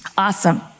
Awesome